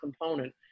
component